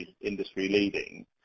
industry-leading